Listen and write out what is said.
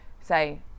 say